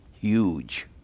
huge